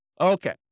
Okay